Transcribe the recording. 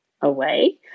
away